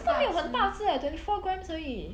这个没有很大只 eh twenty four grams 而已